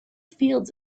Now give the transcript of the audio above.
fields